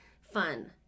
fun